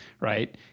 Right